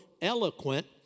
eloquent